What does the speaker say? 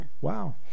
Wow